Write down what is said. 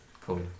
Cool